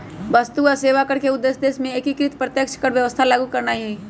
वस्तु आऽ सेवा कर के उद्देश्य देश में एकीकृत अप्रत्यक्ष कर व्यवस्था लागू करनाइ हइ